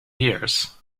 years